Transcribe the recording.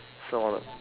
saw